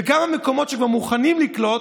וגם המקומות שכבר מוכנים לקלוט,